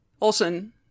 Olson